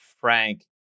frank